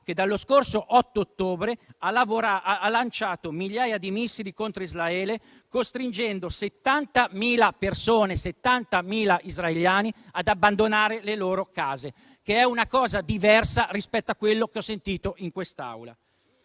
che dallo scorso 8 ottobre ha lanciato migliaia di missili contro Israele, costringendo 70.000 persone - ripeto 70.000 israeliani - ad abbandonare le loro case, che è una cosa diversa rispetto a quello che ho sentito in quest'Aula.